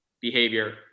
behavior